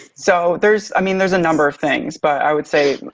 so there's i mean, there's a number of things but i would say,